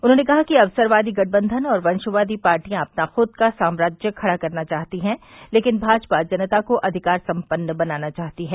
उन्होंने कहा कि अवसरवादी गठबंघन और वंशवादी पार्टियां अपना खुद का सामाज्य खड़ा करना चाहती है लेकिन भाजपा जनता को अधिकार सम्पन्न बनाना चाहती है